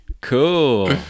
Cool